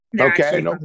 Okay